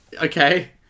Okay